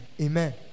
Amen